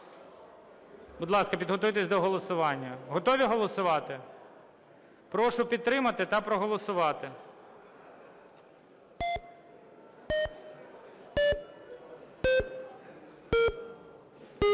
Будь ласка, підготуйтеся до голосування. Готові голосувати? Прошу підтримати та проголосувати.